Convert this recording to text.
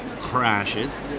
crashes